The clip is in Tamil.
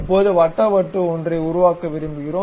இப்போது வட்ட வட்டு ஒன்றை உருவாக்க விரும்புகிறோம்